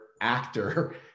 actor